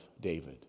David